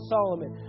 Solomon